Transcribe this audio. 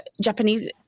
Japanese